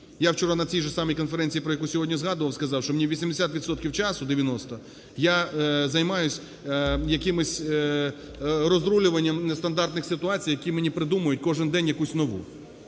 Я вчора на цій же самій конференції, про яку сьогодні згадував, сказав, що 80 відсотків часу, 90 я займаюсь якимосьрозрулюванням нестандартних ситуацій, які мені придумують кожен день якусь нову.